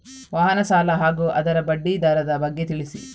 ವಾಹನ ಸಾಲ ಹಾಗೂ ಅದರ ಬಡ್ಡಿ ದರದ ಬಗ್ಗೆ ತಿಳಿಸಿ?